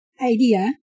idea